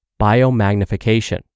biomagnification